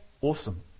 awesome